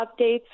updates